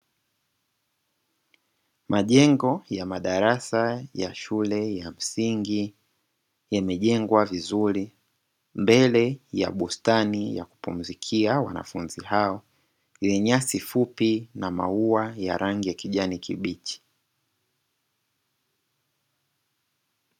Majengo ya madarasa ya shule ya msingi yamejengwa vizuri mbele ya bustani ya kupumzikia wanafunzi hao, yenye nyasi fupi na maua ya rangi ya kijani kibichi.